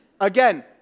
Again